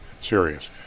serious